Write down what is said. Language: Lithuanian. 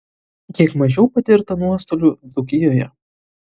kiek mažiau patirta nuostolių dzūkijoje